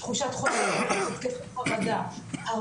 תחושת חרדה,